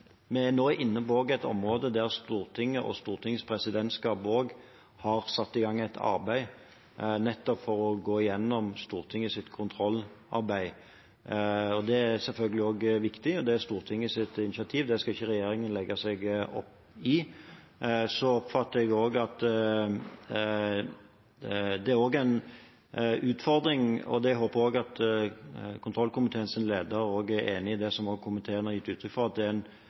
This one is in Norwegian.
nå er inne på et område der Stortinget og Stortingets presidentskap har satt i gang et arbeid for å gå gjennom Stortingets kontrollarbeid. Det er selvfølgelig også viktig, og det er Stortingets initiativ, det skal ikke regjeringen legge seg opp i. Så oppfatter jeg også at det er en utfordring – jeg håper at kontrollkomiteens leder er enig i det som komiteen har gitt uttrykk for – at